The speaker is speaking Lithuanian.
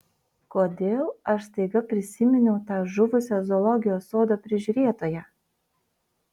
kodėl aš staiga prisiminiau tą žuvusią zoologijos sodo prižiūrėtoją